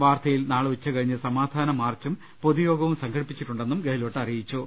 വാർധയിൽ നാളെ ഉച്ചകഴിഞ്ഞ് സമാധാന മാർച്ചും പൊതുയോഗവും സംഘടിപ്പിച്ചിട്ടുണ്ടെന്നും ഗെഹ്ലോട്ട് അറിയിച്ചു